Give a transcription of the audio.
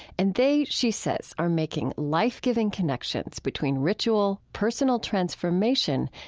and they, she says, are making life-giving connections between ritual, personal transformation,